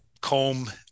comb